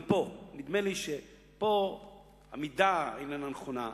גם פה, נדמה לי שפה המידה איננה נכונה.